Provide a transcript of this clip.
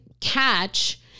catch